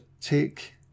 take